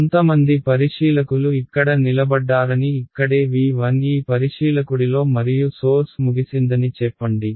కొంతమంది పరిశీలకులు ఇక్కడ నిలబడ్డారని ఇక్కడే V1 ఈ పరిశీలకుడిలో మరియు సోర్స్ ముగిసిందని చెప్పండి